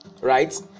right